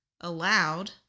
allowed